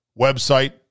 website